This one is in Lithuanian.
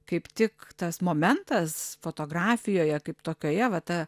kaip tik tas momentas fotografijoje kaip tokioje va ta